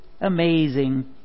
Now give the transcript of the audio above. amazing